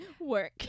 Work